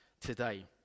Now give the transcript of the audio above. today